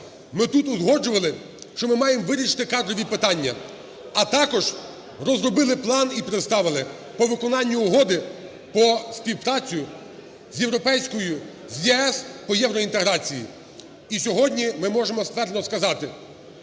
ми тут узгоджували, що ми маємо вирішити кадрові питання, а також розробили план і представили по виконанню угоди про співпрацю з європейською… з ЄС по євроінтеграції. І сьогодні ми можемо ствердно сказати: